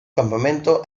campamento